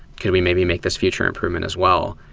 could we maybe make this future improvement as well?